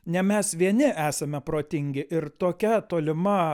ne mes vieni esame protingi ir tokia tolima